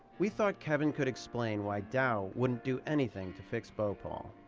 we thought kevin could explain why dow wouldn't do anything to fix bhopal.